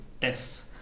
tests